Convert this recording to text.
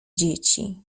dzieci